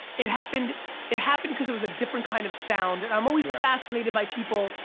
it happened it happened because it was a different kind of sound and i'm always fascinated by people.